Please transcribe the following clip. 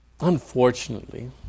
Unfortunately